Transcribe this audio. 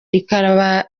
rikaba